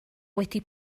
wedi